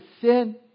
sin